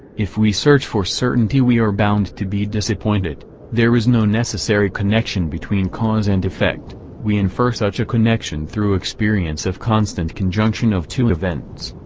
if we search for certainty we are bound to be disappointed there is no necessary connection between cause and effect we infer such a connection through experience of constant conjunction of two events.